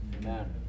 Amen